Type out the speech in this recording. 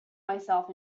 myself